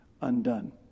undone